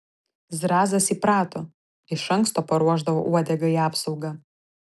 zrazas įprato iš anksto paruošdavo uodegai apsaugą